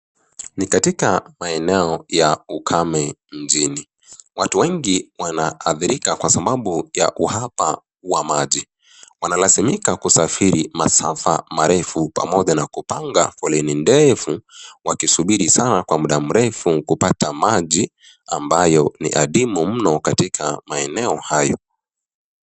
Ni katika maeneo ya ukame mjini. Watu wengi wanaathirika kwa sababu ya uhaba wa maji. Wanalazimika kusafiri masafa marefu pamoja na kupanga foleni ndefu. Wakisubiri sana kwa muda mrefu kupata maji, ambayo ni adimu mno katika maeneo hayo.